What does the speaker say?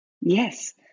yes